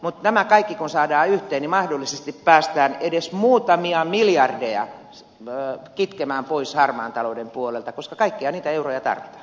mutta nämä kaikki kun saadaan yhteen niin mahdollisesti päästään edes muutamia miljardeja kitkemään pois harmaan talouden puolelta koska kaikkia niitä euroja tarvitaan